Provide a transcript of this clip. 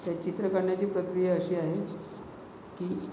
ते चित्र काढण्याची प्रक्रिया अशी आहे की